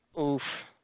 Oof